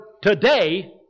today